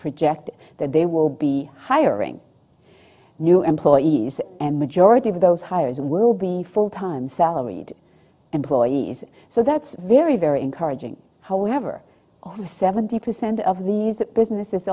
project that they will be hiring new employees and majority of those hires world be full time salaried employees so that's very very encouraging however over seventy percent of these businesses